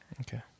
Okay